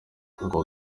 ako